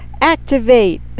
activate